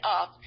up